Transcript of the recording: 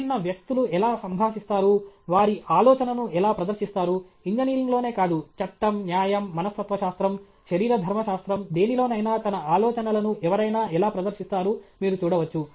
విభిన్న వ్యక్తులు ఎలా సంభాషిస్తారు వారి ఆలోచనను ఎలా ప్రదర్శిస్తారు ఇంజనీరింగ్లోనే కాదు చట్టం న్యాయం మనస్తత్వశాస్త్రం శరీరధర్మశాస్త్రం దేనిలోనైనా తన ఆలోచనలను ఎవరైనా ఎలా ప్రదర్శిస్తారు మీరు చూడవచ్చు